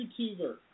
YouTuber